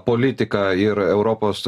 politiką ir europos